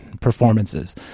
performances